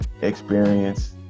experience